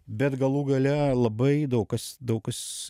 bet galų gale labai daug kas daug kas